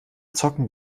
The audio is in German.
zocken